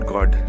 God